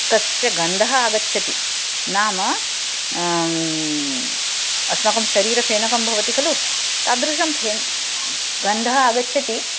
तस्य गन्धः आगच्छति नाम अस्माकं शरीरफेनकं भवति खलु तादृशं फेन् गन्धः आगच्छति